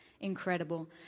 incredible